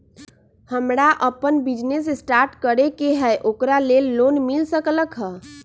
हमरा अपन business start करे के है ओकरा लेल लोन मिल सकलक ह?